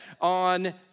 on